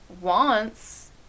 wants